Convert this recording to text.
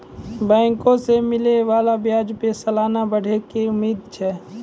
बैंको से मिलै बाला ब्याजो पे सलाना बढ़ै के उम्मीद छै